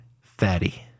Fatty